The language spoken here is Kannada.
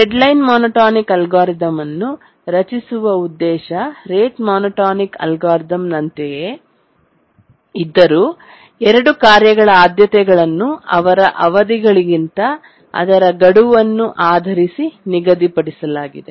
ಡೆಡ್ಲೈನ್ ಮೊನೊಟೋನಿಕ್ ಅಲ್ಗಾರಿದಮ್ನ ರಚಿಸುವ ಉದ್ದೇಶ ರೇಟ್ ಮೋನೋಟೋನಿಕ್ ಅಲ್ಗಾರಿದಮ್ನಂತೆಯೇ ಇದ್ದರೂ 2 ಕಾರ್ಯಗಳ ಆದ್ಯತೆಗಳನ್ನು ಅವರ ಅವಧಿಗಳಿಗಿಂತ ಅವರ ಗಡುವನ್ನು ಆಧರಿಸಿ ನಿಗದಿಪಡಿಸಲಾಗಿದೆ